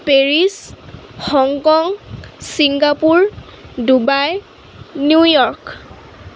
Paris Hong Kong Singapore Dubai New York